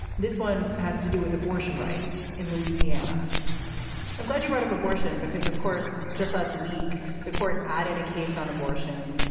this one has to do with abortion rights in louisiana i'm glad you brought up abortion because of course just last week the court added a case on abortion.